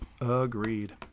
Agreed